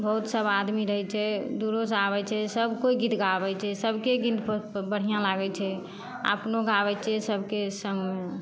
बहुत सब आदमी रहय छै दूरोसँ आबय छै सब कोइ गीत गाबय छै सबके गीत बढ़िआँ लागय छै अपनो गाबय छियै सबके सङ्ग